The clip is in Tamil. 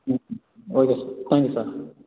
ம் ம் ஓகே சார் தேங்க்யூ சார்